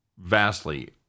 vastly